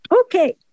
Okay